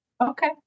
Okay